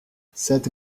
cette